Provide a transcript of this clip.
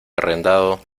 arrendado